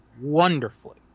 wonderfully